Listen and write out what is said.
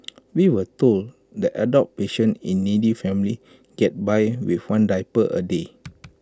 we were told that adult patients in needy families get by with one diaper A day